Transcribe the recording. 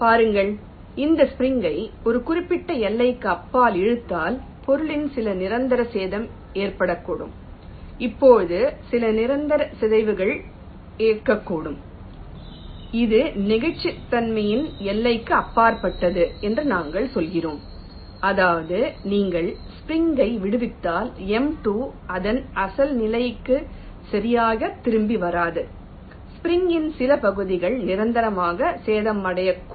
பாருங்கள் இந்த ஸ்ப்ரிங் கை ஒரு குறிப்பிட்ட எல்லைக்கு அப்பால் இழுத்தால் பொருளில் சில நிரந்தர சேதம் ஏற்படக்கூடும் இப்போது சில நிரந்தர சிதைவுகள் ஏற்படக்கூடும் இது நெகிழ்ச்சித்தன்மையின் எல்லைக்கு அப்பாற்பட்டது என்று நாங்கள் சொல்கிறோம் அதாவது நீங்கள் ஸ்ப்ரிங் கை விடுவித்தால் m2 அதன் அசல் நிலைக்கு சரியாக திரும்பி வராது ஸ்ப்ரிங் ன் சில பகுதி நிரந்தரமாக சேதமடையக்கூடும்